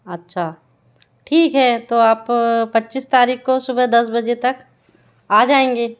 अच्छा ठीक है तो आप पच्चीस तारीख को सुबह दस बजे तक आ जाएंगे